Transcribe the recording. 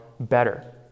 better